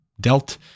dealt